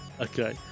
Okay